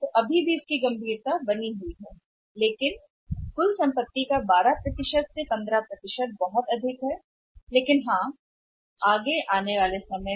तो अभी भी परिमाण बहुत है कुल संपत्ति का उच्च लेकिन अभी भी 12 से 15 बहुत अधिक है लेकिन हाँ यह कुछ समय के लिए नीचे आ रहा है समय